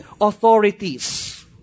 authorities